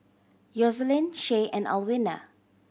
Yoselin Shay and Alwina